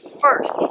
first